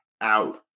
out